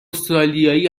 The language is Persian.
استرالیایی